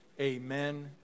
Amen